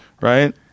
right